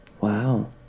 Wow